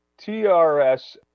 TRS